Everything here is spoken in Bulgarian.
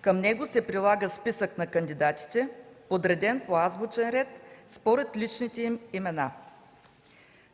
Към него се прилага списък на кандидатите, подреден по азбучен ред според личните им имена.